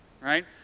right